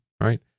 right